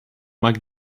mag